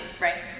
right